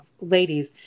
ladies